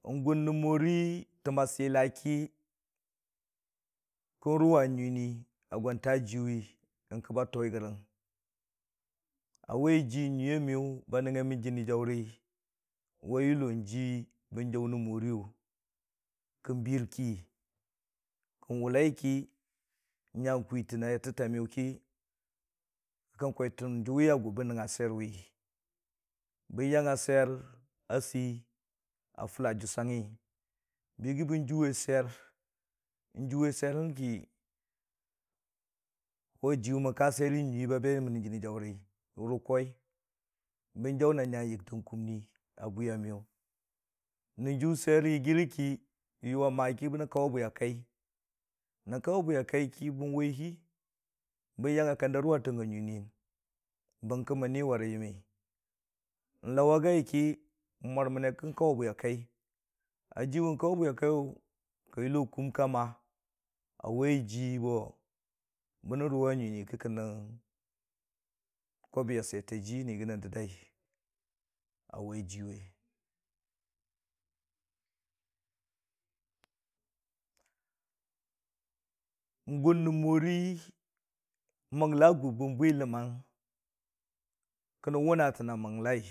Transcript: N'gʊn nən mori təm ma sɨla ki kən ruwa nyiinii a gwan taajiiyʊ wi nyəng kə ba tʊyi gərəng a wai ji nyuiya miyʊ ba nəngngai mən jɨnii jauri wa yulo ji bən jaʊ nən moriyʊ kən bɨrki kən wʊlai ki nya kwitən na yatəta miyʊ ki kən kwitən juwi a gʊ bən nəngnga swiyer ʊi, bən yang a swiyer a sei a fula jʊsangngi bən yɨgii bən jʊwe swiyer, jʊwe swiye hən ki ji we mən ka swiyer ki nyuu ba be mənnən jinii jaʊri wʊ rə kooi bən jaʊ na nya yʊgtəng kumni abwiya miyʊ, nən jʊʊ swiyer yɨgiiri ki yʊ ama ki bə nən kaʊwe bwi a kai, nən kaʊwe bwi a kai ki bən wai hi, bən yang a kanda ruwatanga nyiinuyəng bərki mən ni wari yəmmi nulauwa gai ki n'mʊrma yi ki kə kən kaʊwe bwi a kai, a jiwe kauwe bwi a kaiyʊ ka yulo kʊm ka ma, bə nən ruwa nyinii kə nəng, kauwe bwi a swiyete a jii kə kənən dəd dai wai jiwe, n'gʊn nən mori məla gug bən bwi ləmmang kə nən wʊna tən a məlai.